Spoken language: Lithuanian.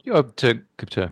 jo čia kaip čia